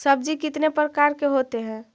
सब्जी कितने प्रकार के होते है?